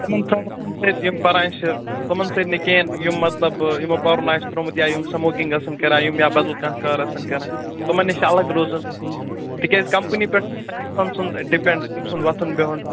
تٕمَن تھَاوُن سۭتۍ یِم پَران چھِ تمَن سۭتۍ نہٕ کہینۍ یِم مطلب یِمو پَرُن آسہِ ترٛومُت یا یِم سٕموکِنٛگ آسان کَران یِم یا بَدَل کانٛہہ کار آسان کَران تٕمَن نِش چھِ الگ روزُن تِکیٛازِ کَمپٔنی پٮ۪ٹھ آسان اِنسان سُنٛد ڈِپینٛڈ تٔمۍ سُنٛد وۄتھُن بِہیُٚن